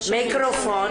בוקר טוב חברותיי.